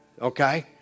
Okay